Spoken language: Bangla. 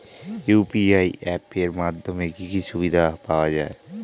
ইউ.পি.আই অ্যাপ এর মাধ্যমে কি কি সুবিধা পাওয়া যায়?